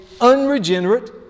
unregenerate